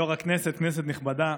יו"ר הכנסת, כנסת נכבדה,